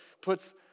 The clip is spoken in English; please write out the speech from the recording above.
puts